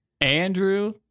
Andrew